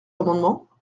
amendements